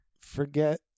Forget